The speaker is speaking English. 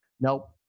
Nope